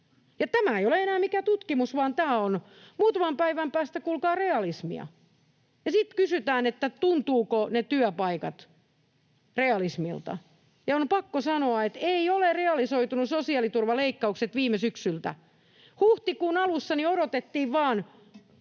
tämä ei ole enää mikään tutkimus, vaan tämä on muutaman päivän päästä, kuulkaa, realismia. Ja sitten kysytään, tuntuvatko ne työpaikat realismilta. On pakko sanoa, että eivät ole sosiaaliturvaleikkaukset viime syksyltä realisoituneet.